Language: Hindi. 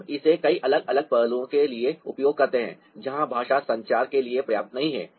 हम इसे कई अलग अलग पहलुओं के लिए उपयोग करते हैं जहां भाषा संचार के लिए पर्याप्त नहीं है